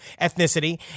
ethnicity